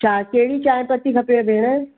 चा कहिड़ी चाय पती खपेव भेण